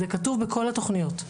זה כתוב בכל התכניות.